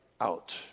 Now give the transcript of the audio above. out